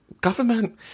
government